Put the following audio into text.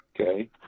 okay